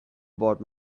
about